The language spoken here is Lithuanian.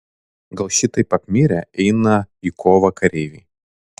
gal šitaip apmirę eina į kovą kareiviai